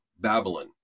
Babylon